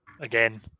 again